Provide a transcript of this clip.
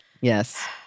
Yes